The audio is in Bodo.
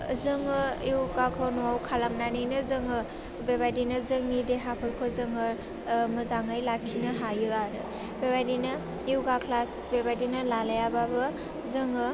जोङो एवगाखौ न'वाव खालामनानैनो जोङो बेबायदिनो जोंनि देहाफोरखौ जोङो ओह मोजाङै लाखिनो हायो आरो बेबायदिनो एवगा क्लास बेबायदिनो लालायाबाबो जोङो